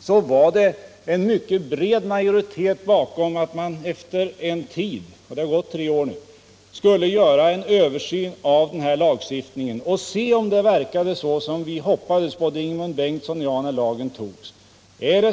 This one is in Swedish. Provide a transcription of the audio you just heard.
förelåg en mycket bred majoritet för att man efter en tid — och det har nu gått tre år — skulle göra en översyn av denna lagstiftning och undersöka om resultatet blivit sådant som både Ingemund Bengtsson och jag då hoppades på.